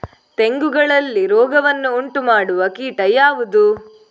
ತೆಂಗುಗಳಲ್ಲಿ ರೋಗವನ್ನು ಉಂಟುಮಾಡುವ ಕೀಟ ಯಾವುದು?